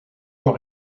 doit